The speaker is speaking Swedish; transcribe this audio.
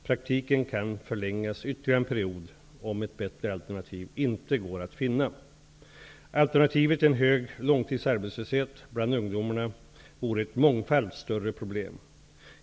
Praktiken kan förlängas ytterligare en period om ett bättre alternativ inte går att finna. Alternativet, en hög långtidsarbetslöshet bland ungdomarna, vore ett mångfalt större problem.